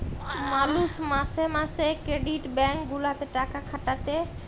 মালুষ মাসে মাসে ক্রেডিট ব্যাঙ্ক গুলাতে টাকা খাটাতে